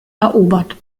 erobert